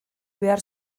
behar